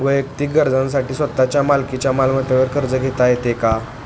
वैयक्तिक गरजांसाठी स्वतःच्या मालकीच्या मालमत्तेवर कर्ज घेता येतो का?